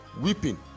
weeping